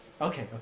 Okay